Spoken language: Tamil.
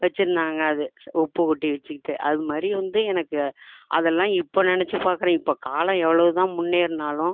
வச்சுருந்தாங்க அது உப்பு கொட்டி வச்சுக்கிட்டு அதுமாதிரி வந்து எனக்கு அதெல்லாம் இப்போ நினச்சு பார்க்குறேன் இப்போ காலம் எவ்வளோதான் முன்னேறினாலும்